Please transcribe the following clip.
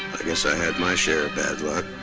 i guess i had my share of bad luck.